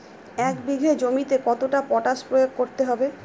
এক বিঘে জমিতে কতটা পটাশ প্রয়োগ করতে হবে?